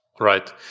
right